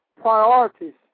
Priorities